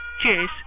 Cheers